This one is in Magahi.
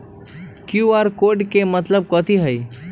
कियु.आर कोड के मतलब कथी होई?